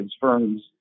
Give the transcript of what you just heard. firms